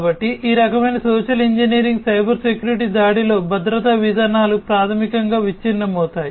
కాబట్టి ఈ రకమైన సోషల్ ఇంజనీరింగ్ సైబర్ సెక్యూరిటీ దాడిలో భద్రతా విధానాలు ప్రాథమికంగా విచ్ఛిన్నమవుతాయి